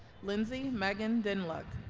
lindsey megan denluck